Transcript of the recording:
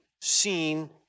seen